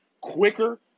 quicker